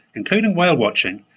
including whale watching,